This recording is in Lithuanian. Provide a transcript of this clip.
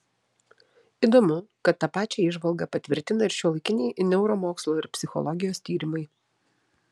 įdomu kad tą pačią įžvalgą patvirtina ir šiuolaikiniai neuromokslo ir psichologijos tyrimai